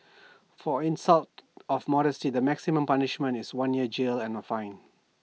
for insult of modesty the maximum punishment is one year's jail and A fine